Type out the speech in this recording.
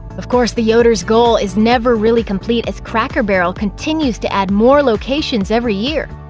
of course, the yoders' goal is never really complete as cracker barrel continues to add more locations every year.